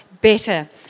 better